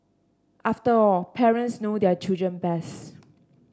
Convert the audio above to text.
after all parents know their children best